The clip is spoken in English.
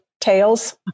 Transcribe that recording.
tails